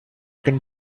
can